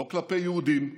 לא כלפי יהודים,